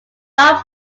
jean